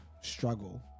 struggle